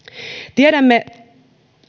tiedämme